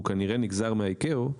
והוא כנראה נגזר מה-ICAO,